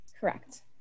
Correct